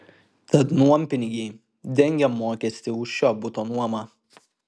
tad nuompinigiai dengia mokestį už šio buto nuomą